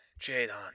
Jaden